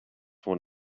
one